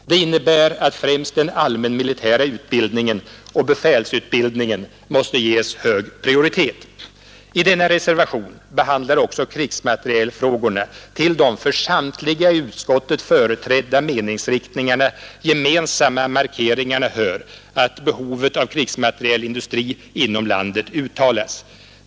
Det innebär att främst den allmänmilitära utbildningen och befälsutbildningen måste ges hög prioritet. I denna reservation behandlas också krigsmaterielfrågorna. Till de för samtliga i utskottet företrädda meningsriktningarna gemensamma markeringarna hör att behovet av krigsmaterielindustri inom landet uttalas.